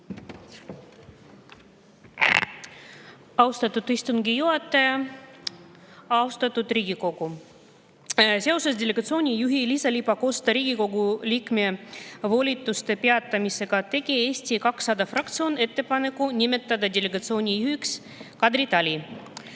Austatud istungi juhataja! Austatud Riigikogu! Seoses delegatsiooni juhi Liisa-Ly Pakosta Riigikogu liikme volituste peatamisega tegi Eesti 200 fraktsioon ettepaneku nimetada delegatsiooni juhiks Kadri Tali.